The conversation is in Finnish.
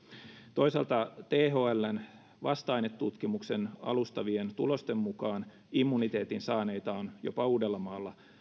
toisaalta thln vasta ainetutkimuksen alustavien tulosten mukaan immuniteetin saaneita on jopa uudellamaalla